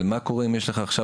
אבל מה קורה אם יש לך עכשיו,